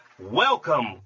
Welcome